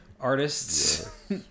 artists